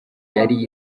yari